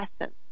essence